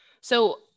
So-